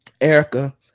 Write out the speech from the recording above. Erica